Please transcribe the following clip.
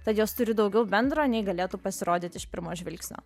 tad jos turi daugiau bendro nei galėtų pasirodyti iš pirmo žvilgsnio